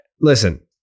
listen